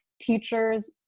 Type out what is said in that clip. teachers